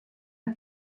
und